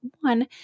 one